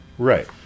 Right